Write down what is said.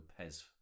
pez